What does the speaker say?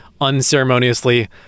unceremoniously